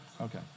Okay